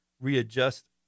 readjust